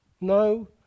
No